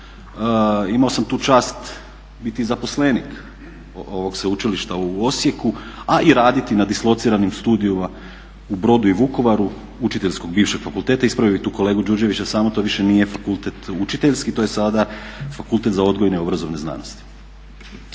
Imao sam tu čast biti i zaposlenik ovog Sveučilišta u Osijeku, a i raditi na dislociranim studijima u Brodu i Vukovaru, Učiteljskog bivšeg fakulteta. Ispravio bih tu kolegu Đurđevića, samo to više nije fakultet učiteljski. To je sada Fakultet za odgojne i obrazovne znanosti.